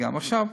גם זה.